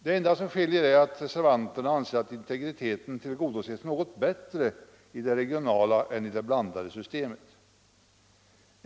Det enda som skiljer är att reservanterna anser att integriteten tillgodoses något bättre i det regionala än i det blandade systemet.